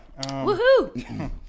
Woohoo